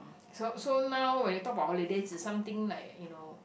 so so now when you talk about holidays it's something like you know